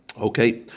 Okay